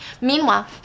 Meanwhile